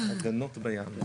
ההגנות בים.